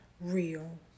real